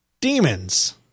Demons